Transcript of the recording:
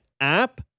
app